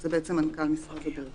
זה מנכ"ל משרד הבריאות